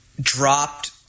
dropped